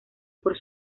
por